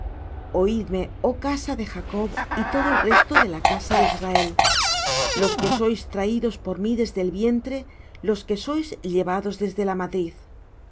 oidme oh casa de jacob y todo el resto de la casa de israel los que sois traídos por mí desde el vientre los que sois llevados desde la matriz